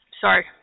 Sorry